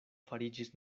fariĝis